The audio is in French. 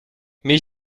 mais